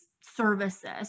services